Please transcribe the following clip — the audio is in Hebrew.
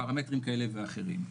פרמטרים כאלה ואחרים.